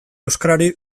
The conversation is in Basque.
euskarari